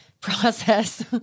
process